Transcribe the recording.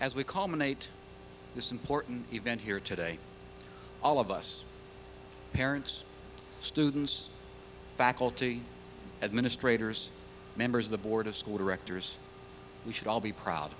as we call made this important event here today all of us parents students faculty administrators members of the board of directors we should all be proud